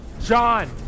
John